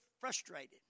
frustrated